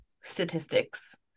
statistics